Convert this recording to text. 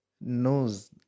knows